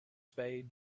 spade